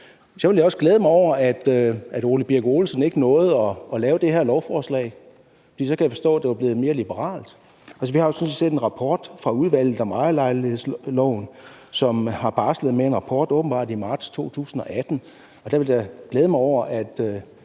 jeg også glæde mig over, at hr. Ole Birk Olesen ikke nåede at lave det her lovforslag, for jeg kan forstå, at det så var blevet mere liberalt. Vi har sådan set en rapport fra udvalget om ejerlejlighedsloven. De barslede med en rapport, åbenbart i marts 2018. Jeg vil glæde mig over, at